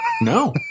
No